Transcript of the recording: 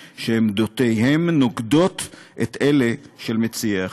שעמדותיהם נוגדות את אלה של מציעי החוק.